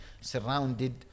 surrounded